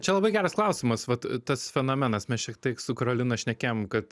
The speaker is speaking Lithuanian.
čia labai geras klausimas vat tas fenomenas mes šiek tiek su karolina šnekėjom kad